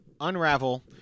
Unravel